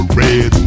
red